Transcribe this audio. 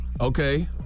Okay